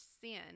sin